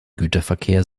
güterverkehr